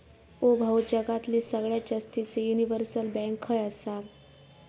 ओ भाऊ, जगातली सगळ्यात जास्तीचे युनिव्हर्सल बँक खय आसा